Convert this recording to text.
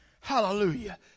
Hallelujah